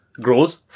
grows